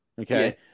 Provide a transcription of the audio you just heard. Okay